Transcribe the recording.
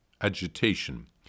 agitation